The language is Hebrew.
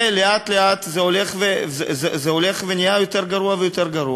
ולאט-לאט זה הולך ונהיה יותר גרוע ויותר גרוע.